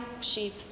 sheep